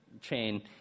chain